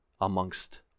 amongst